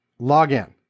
login